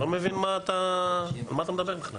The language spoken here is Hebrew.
אני לא מבין מה אתה, על מה אתה מדבר בכלל.